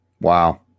Wow